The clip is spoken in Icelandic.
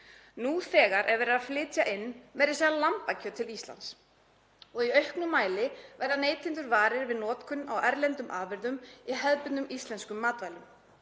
Nú þegar er verið að flytja inn meira að segja lambakjöt til Íslands og í auknum mæli verða neytendur varir við notkun á erlendum afurðum í hefðbundnum íslenskum matvælum.